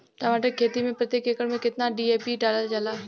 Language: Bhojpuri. टमाटर के खेती मे प्रतेक एकड़ में केतना डी.ए.पी डालल जाला?